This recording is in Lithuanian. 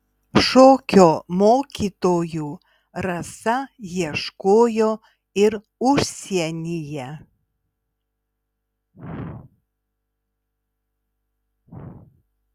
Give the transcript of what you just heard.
šokio mokytojų rasa ieškojo ir užsienyje